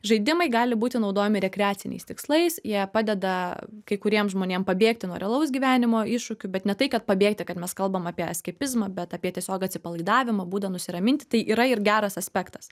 žaidimai gali būti naudojami rekreaciniais tikslais jie padeda kai kuriem žmonėm pabėgti nuo realaus gyvenimo iššūkių bet ne tai kad pabėgti kad mes kalbam apie askepizmą bet apie tiesiog atsipalaidavimo būdą nusiraminti tai yra ir geras aspektas